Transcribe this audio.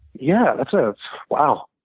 yeah, that's a wow,